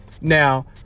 now